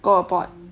go aboard